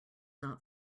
not